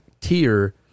tier